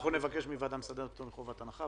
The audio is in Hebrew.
אנחנו נבקש מהוועדה המסדרת פטור מחובת הנחה,